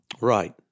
Right